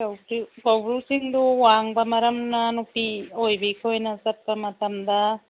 ꯀꯧꯕ꯭ꯔꯨ ꯆꯤꯡꯗꯨ ꯋꯥꯡꯕ ꯃꯔꯝꯅ ꯅꯨꯄꯤ ꯑꯣꯏꯕꯤ ꯑꯩꯈꯣꯏꯅ ꯆꯠꯄ ꯃꯇꯝꯗ